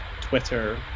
Twitter